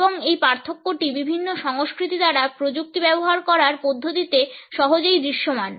এবং এই পার্থক্যটি বিভিন্ন সংস্কৃতি দ্বারা প্রযুক্তি ব্যবহার করার পদ্ধতিতে সহজেই দৃশ্যমান